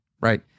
right